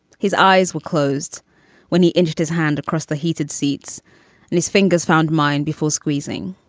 his eyes were closed when he entered his hand across the heated seats and his fingers found mine before squeezing.